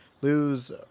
lose